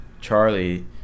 Charlie